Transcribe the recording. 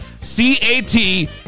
C-A-T